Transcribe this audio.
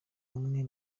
umwe